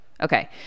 Okay